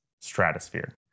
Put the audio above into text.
stratosphere